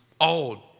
Old